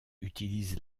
utilise